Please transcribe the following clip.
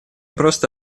просто